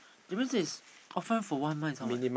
difference is offer for one month is how much